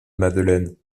madeleine